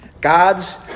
God's